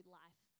life